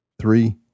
three